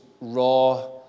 raw